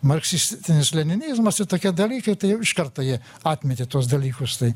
marksistinis leninizmas ir tokie dalykai tai iš karto jie atmetė tuos dalykus tai